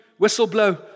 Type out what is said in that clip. whistleblow